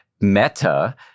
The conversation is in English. meta